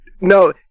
No